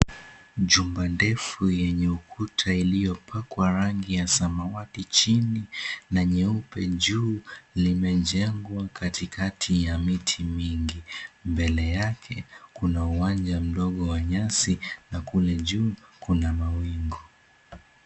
Jumba 𝑛𝑑efu yenye ukuta ili𝑦opakwa rangi ya samawati chini na nyeupe juu limejengwa katikati ya miti mingi mbele yake kuna uwanja mdogo wa nyasi na kule juu kuna mawingu.